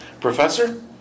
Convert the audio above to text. Professor